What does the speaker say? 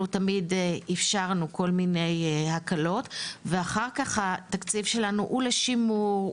אנחנו תמיד אפשרנו כל מיני הקלות ואחר כך התקציב שלנו הוא לשימור,